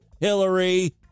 Hillary